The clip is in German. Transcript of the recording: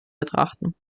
betrachten